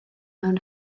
mewn